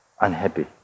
unhappy